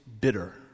bitter